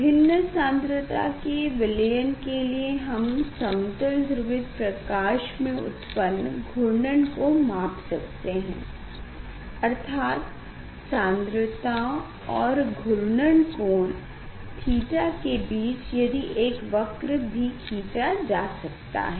भिन्न सान्द्रता के विलयन के लिए हम समतल ध्रुवित प्रकाश में उत्पन्न घूर्णन को माप सकते है अर्थात सान्द्रता और घूर्णन कोण थीटा के बीच यदि एक वक्र भी खींच सकते हैं